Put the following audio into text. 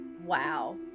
Wow